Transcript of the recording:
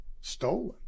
stolen